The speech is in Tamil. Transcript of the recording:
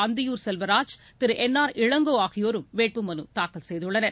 அந்தியூர் செல்வராஜ் திரு என் ஆர் இளங்கோ ஆகியோரும் வேட்புமனு தாக்கல் செய்துள்ளனர்